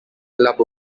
club